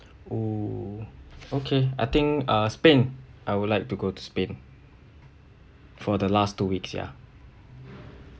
oh okay I think uh spain I would like to go to spain for the last two weeks ya